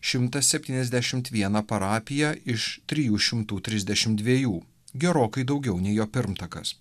šimtą septyniasdešimt vieną parapiją iš trijų šimtų trisdešim dviejų gerokai daugiau nei jo pirmtakas